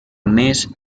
més